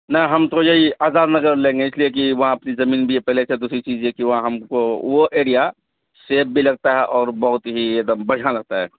نہ ہم تو یہی آزار نگر لیں گے اس لیے کہ وہاں اپنی زمین بھی ہے پہلے سے دوسری چیز ہے کہ وہاں ہم کو وہ ایریا سیف بھی لگتا ہے اور بہت ہی ایک دم بڑھ لگتا ہے